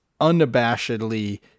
unabashedly